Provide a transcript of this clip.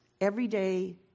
everyday